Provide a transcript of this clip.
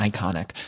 Iconic